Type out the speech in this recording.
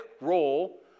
role